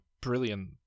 brilliant